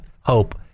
hope